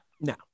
no